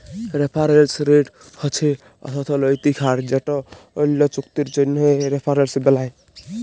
referrals rate হছে অথ্থলৈতিক হার যেট অল্য চুক্তির জ্যনহে রেফারেলস বেলায়